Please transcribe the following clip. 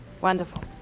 Wonderful